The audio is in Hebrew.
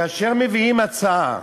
כאשר מביאים הצעה